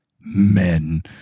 Men